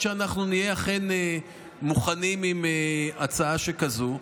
שאנחנו נהיה אכן מוכנים עם הצעה שכזו.